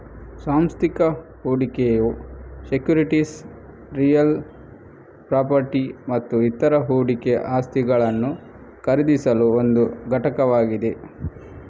ಸಾಂಸ್ಥಿಕ ಹೂಡಿಕೆಯು securities real property ಮತ್ತು ಇತರ ಹೂಡಿಕೆ ಆಸ್ತಿಗಳನ್ನು ಖರೀದಿಸಲು ಒಂದು ಘಟಕವಾಗಿದೆ